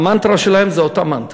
המנטרה שלהם זו אותה מנטרה.